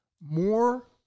More